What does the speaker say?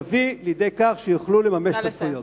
היא תביא לידי כך שיוכלו לממש את הזכויות.